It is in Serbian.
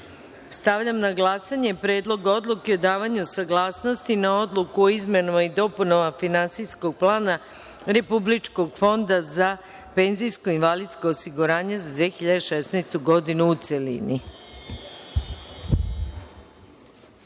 na glasanje Predlog odluke o davanju saglasnosti na Odluku o izmenama i dopunama Finansijskog plana Republičkog fonda za penzijsko i invalidsko osiguranje za 2016. godinu, u